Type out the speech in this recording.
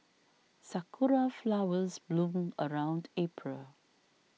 sakura flowers bloom around April